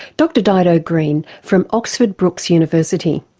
dr dido green from oxford brookes university,